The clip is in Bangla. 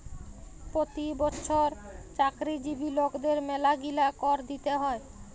পতি বচ্ছর চাকরিজীবি লকদের ম্যালাগিলা কর দিতে হ্যয়